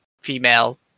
female